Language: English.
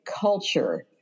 culture